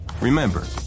Remember